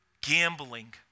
gambling